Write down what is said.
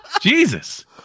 Jesus